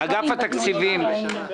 כפי שראינו.